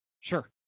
Sure